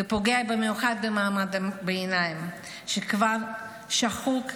ופוגע במיוחד במעמד הביניים, שכבר שחוק ממילא.